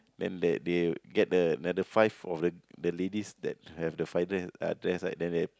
then that they get the another five of the the ladies that have finest dress right